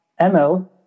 ML